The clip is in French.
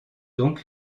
donc